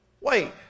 Wait